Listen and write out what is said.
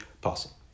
possible